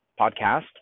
podcast